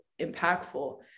impactful